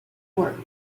work